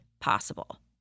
possible